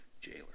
jailer